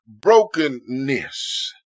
brokenness